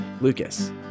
Lucas